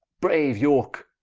braue yorke,